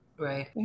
Right